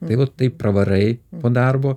tai vat taip pravarai po darbo